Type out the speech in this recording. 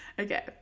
Okay